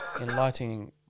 enlightening